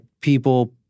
people